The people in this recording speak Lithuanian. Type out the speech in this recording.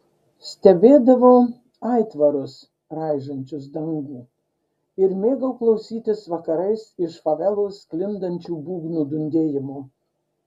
stebėdavau aitvarus raižančius dangų ir mėgau klausytis vakarais iš favelos sklindančių būgnų dundėjimo